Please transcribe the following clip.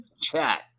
chat